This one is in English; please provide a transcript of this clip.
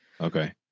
Okay